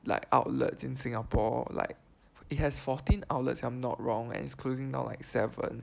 like outlets in Singapore like it has fourteen outlets if I'm not wrong and it's closing down like seven